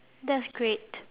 that's great